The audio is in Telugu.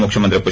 ముఖ్యమంత్రి పై